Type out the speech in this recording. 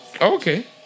Okay